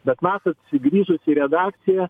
bet matot sugrįžus į redakciją